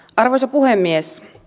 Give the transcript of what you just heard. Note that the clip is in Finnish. arvoisa puhemies